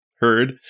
heard